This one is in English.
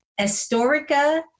Historica